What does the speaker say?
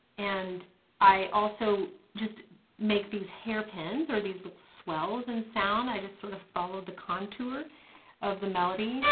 and i also just make these hairpins or these little swells in sound, i just sort of follow the contour of the melody.